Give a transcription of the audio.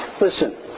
Listen